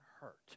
hurt